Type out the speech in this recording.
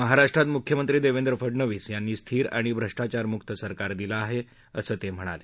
महाराष्ट्रात मुख्यमंत्री देवेंद्र फडणवीस यांनी स्थिर आणि भ्रष्टाचारमुक्त सरकार दिलं आहे असं ते म्हणाले